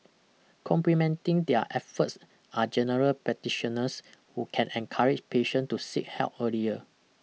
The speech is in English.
complementing their efforts are general practitioners who can encourage patient to seek help earlier